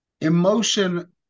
emotion